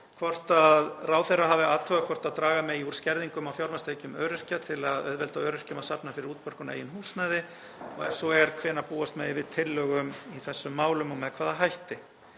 hvort ráðherra hafi athugað hvort draga megi úr skerðingum á fjármagnstekjum öryrkja til að auðvelda öryrkjum að safna fyrir útborgun í eigin húsnæði og ef svo er, hvenær búast megi við tillögum í þessum málum og með hvaða hætti.